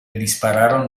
dispararon